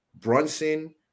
Brunson